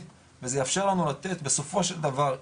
וזה יאפשר לנו לתת בסופו של דבר,